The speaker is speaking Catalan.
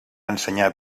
ensenyar